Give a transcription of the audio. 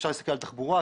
אפשר להסתכל על התחבורה,